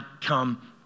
come